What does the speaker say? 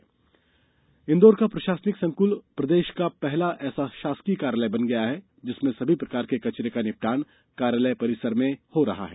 कचरा रहित शासकीय परिसर इंदौर का प्रशासनिक संकुल प्रदेश का पहला ऐसा शासकीय कार्यालय बन गया है जिसमें सनी प्रकार के कचरे का निपटान कार्यालय परिसर में ही हो रहा है